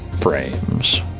frames